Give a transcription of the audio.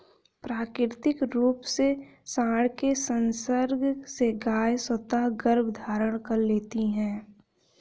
प्राकृतिक रूप से साँड के संसर्ग से गायें स्वतः गर्भधारण कर लेती हैं